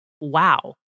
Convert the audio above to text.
Wow